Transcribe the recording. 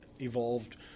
evolved